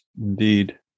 Indeed